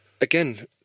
again